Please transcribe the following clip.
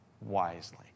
wisely